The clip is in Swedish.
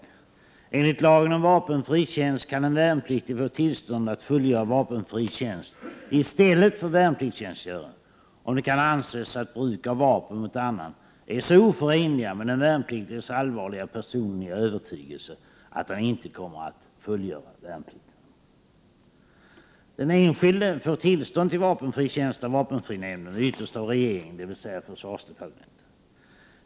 Enligt 1 § lagen om vapenfri tjänst kan en värnpliktig få tillstånd att fullgöra vapenfri tjänst i stället för värnpliktstjänstgöring, om det kan antas att bruk av vapen mot annan är så oförenligt med den värnpliktiges allvarliga personliga övertygelse att han inte kommer att fullgöra värnplikten.” Den enskilde får tillstånd till vapenfri tjänst av vapenfrinämnden och ytterst av regeringen, dvs. försvarsdepartementet.